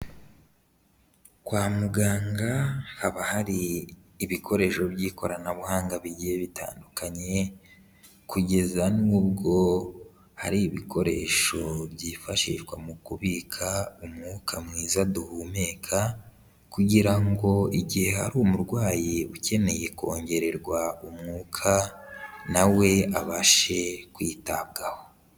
Kwa muganga haba hari ibikoresho by'ikoranabuhanga bigiye bitandukanye, kugeza n'ubwo hari ibikoresho byifashishwa mu kubika umwuka mwiza duhumeka kugira ngo igihe hari umurwayi ukeneye kongererwa umwuka, na we abashe kwitabwaho.